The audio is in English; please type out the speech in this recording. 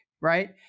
right